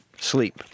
sleep